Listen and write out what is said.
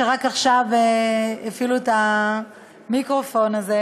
שם הם ספגו את כל הצורך להגיע לארץ-ישראל,